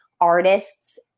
artists